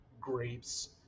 grapes